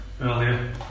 earlier